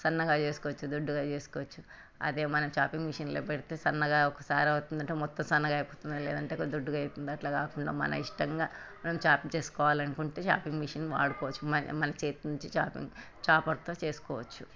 సన్నగా వేసుకోవచ్చు దుడ్డుగా చేసుకోవచ్చు అదే మన చాపింగ్ మిషన్లో పెడితే సన్నగా ఒకసారి అవుతుండంటే మొత్తం సన్నగా అయిపోతుంది లేదంటే దొడ్డిగా అయిపోతుంది అట్ల కాకుండా మన ఇష్టంగా మన చాపింగ్ చేసుకోవాలనుకుంటే చాపింగ్ మిషన్ వాడుకోవచ్చు మన మన చేతిక నుంచి చా చాపర్తో చేసుకోవచ్చు